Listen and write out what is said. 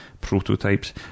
prototypes